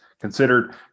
considered